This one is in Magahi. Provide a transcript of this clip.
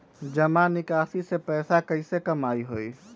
जमा निकासी से पैसा कईसे कमाई होई?